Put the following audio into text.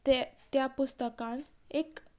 तें त्या पुस्तकान एक